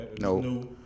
no